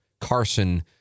Carson